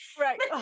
Right